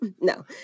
No